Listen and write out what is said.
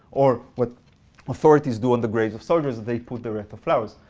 or what authorities do on the graves of soldiers, is they put the wreathe of flowers.